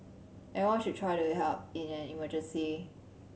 everyone should try to help in an emergency